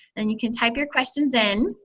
then you can type your questions in,